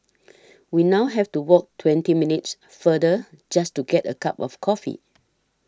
we now have to walk twenty minutes farther just to get a cup of coffee